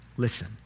Listen